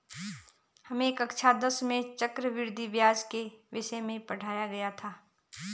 हमें कक्षा दस में चक्रवृद्धि ब्याज के विषय में पढ़ाया गया था